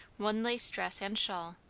one lace dress and shawl,